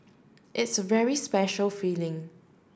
it's a very special feeling